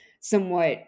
somewhat